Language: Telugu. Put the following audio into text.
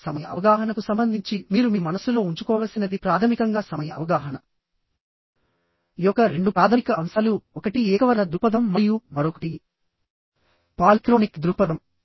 కానీ సమయ అవగాహనకు సంబంధించి మీరు మీ మనస్సులో ఉంచుకోవలసినది ప్రాథమికంగా సమయ అవగాహన యొక్క రెండు ప్రాథమిక అంశాలు ఒకటి ఏకవర్ణ దృక్పథం మరియు మరొకటి పాలిక్రోనిక్ దృక్పథం